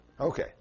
Okay